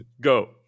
Go